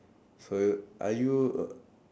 so are you a